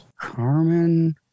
Carmen